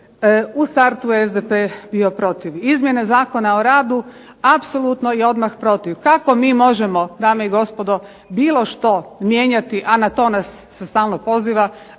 u startu je SDP bio protiv. Izmjene Zakona o radu apsolutno je odmah protiv. Kako mi možemo, dame i gospodo, bilo što mijenjati, a na to nas se stalno poziva,